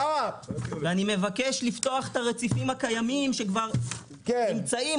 ואני מבקש לפתוח את הרציפים הקיימים שכבר נמצאים,